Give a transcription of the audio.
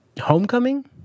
homecoming